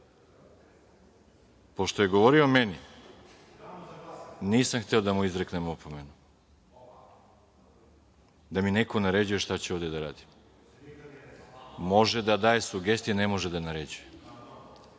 je govorio o meni, nisam hteo da mu izreknem opomenu, da mi neko naređuje šta ću ovde da radim. Može da daje sugestije, ne može da naređuje,